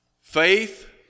faith